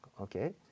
okay